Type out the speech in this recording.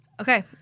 Okay